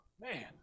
Man